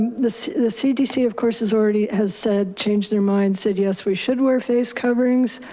the cdc of course has already, has said, changed their mind, said, yes, we should wear face coverings,